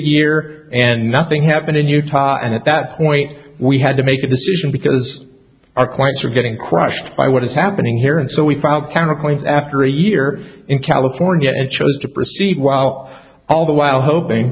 year and nothing happened in utah and at that point we had to make a decision because our clients are getting crushed by what is happening here and so we filed counterpoints after a year in california and chose to proceed while all the while hoping